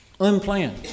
Unplanned